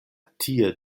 tie